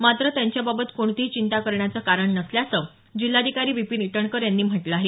मात्र त्यांच्याबाबत कोणतीही चिंता करण्याचं कारण नसल्याचं जिल्हाधिकारी विपिन इटणकर यांनी म्हटलं आहे